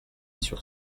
sur